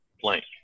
blank